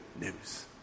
news